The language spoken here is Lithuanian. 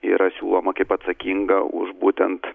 yra siūloma kaip atsakinga už būtent